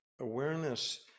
awareness